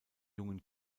jungen